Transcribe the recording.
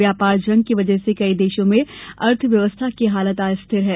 व्यापार जंग की वजह से कई देशों में अर्थव्यवस्था की हालत अस्थिर है